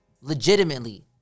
legitimately